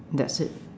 that's it